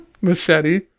machete